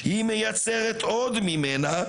היא מייצרת עוד ממנה,